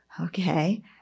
Okay